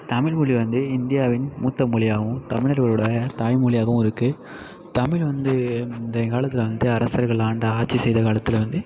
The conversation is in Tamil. தமிழ் மொழி வந்து இந்தியாவின் மூத்த மொழியாகவும் தமிழர்களோட தாய்மொழியாகவும் இருக்குது தமிழ் வந்து இன்றைய காலத்தில் வந்துட்டு அரசர்கள் ஆண்ட ஆட்சி செய்த காலத்திலேருந்து